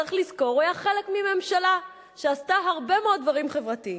צריך לזכור שהוא היה חלק מממשלה שעשתה הרבה מאוד דברים חברתיים.